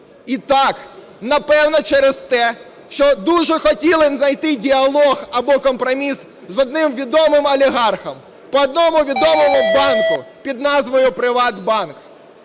І так, напевно, через те, що дуже хотіли знайти діалог або компроміс з одним відомим олігархом по одному відомому банку під назвою "ПриватБанк".